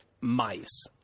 mice